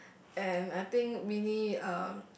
and I think Winnie um